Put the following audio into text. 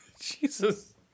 Jesus